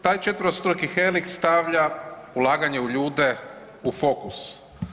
Taj četverostruki heliks stavlja ulaganje u ljude u fokus.